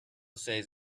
says